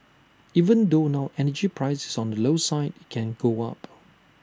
even though now energy price is on the low side IT can go up